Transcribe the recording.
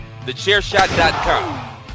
Thechairshot.com